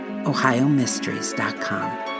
ohiomysteries.com